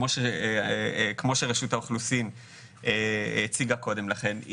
כמו שרשות האוכלוסין הציגה קודם לכן,